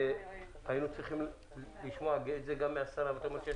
והיינו צריכים לשמוע את זה גם מהשרה --- יש